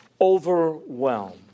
overwhelmed